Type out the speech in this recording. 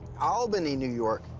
albany, new york.